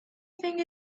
think